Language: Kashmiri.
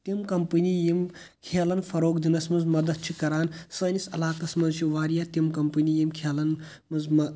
تِم کَمپٕنی یِم کھیلَن فَروغ دِنَس منٛز مدد چھِ دِوان سٲنِس علاقَس منٛز چھِ واریاہ تِم کَمپٕنی یِم کھیلَن منٛز مہ